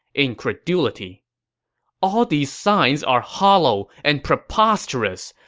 incredulity all these signs are hollow and preposterous,